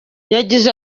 yagize